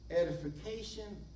edification